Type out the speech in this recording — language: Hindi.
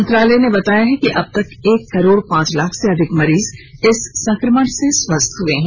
मंत्रालय ने बताया कि अब तक एक करोड पांच लाख से अधिक मरीज इस संक्रमण से स्वस्थ हो चुके हैं